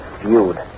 feud